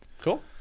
Cool